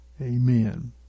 Amen